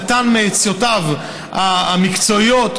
נתן מעצותיו המקצועיות,